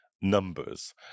numbers